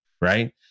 right